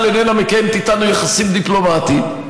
איננה מקיימת איתנו יחסים דיפלומטיים,